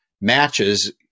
matches